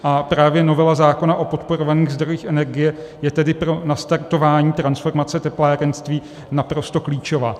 A právě novela zákona o podporovaných zdrojích energie je pro nastartování transformace teplárenství naprosto klíčová.